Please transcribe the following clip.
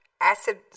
acid